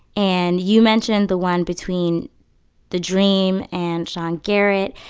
and you mentioned the one between the-dream and sean garrett.